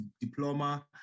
diploma